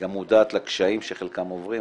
היא גם מודעת לקשיים שחלקם עוברים,